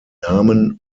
namen